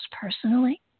personally